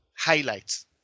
Highlights